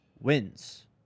wins